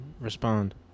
respond